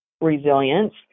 resilience